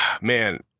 man